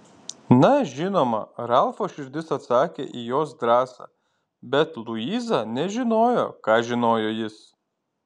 na žinoma ralfo širdis atsakė į jos drąsą bet luiza nežinojo ką žinojo jis